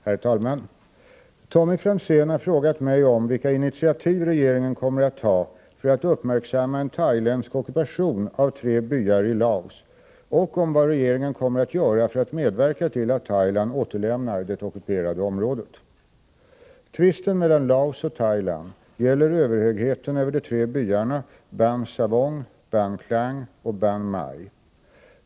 Herr talman! Tommy Franzén har frågat mig om vilka initiativ regeringen kommer att ta för att uppmärksamma en thailändsk ockupation av tre byar i Laos och om vad regeringen kommer att göra för att medverka till att Thailand återlämnar det ockuperade området. Tvisten mellan Laos och Thailand gäller överhögheten över de tre byarna Ban Sawong, Ban Klang och Ban Mai.